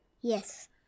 yes